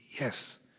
Yes